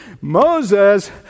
Moses